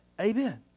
Amen